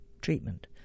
treatment